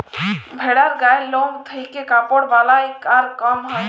ভেড়ার গায়ের লম থেক্যে কাপড় বালাই আর কাম হ্যয়